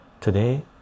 today